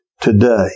today